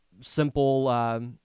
simple